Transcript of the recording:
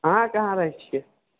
अहाँ कहाँ रहै छियै